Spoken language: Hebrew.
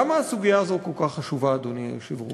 למה הסוגיה הזו כל כך חשובה, אדוני היושב-ראש?